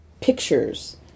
pictures